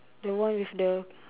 the one with the